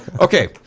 Okay